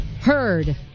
heard